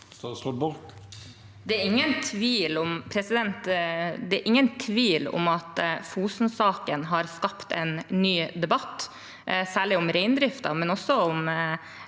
Det er ingen tvil om at Fosen-saken har skapt en ny debatt, særlig om reindriften, men også om